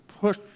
push